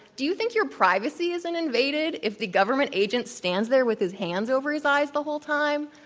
do you think your privacy isn't invaded if the government agent stands there with his hands over his eyes the whole time?